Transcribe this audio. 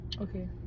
Okay